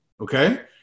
Okay